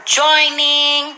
joining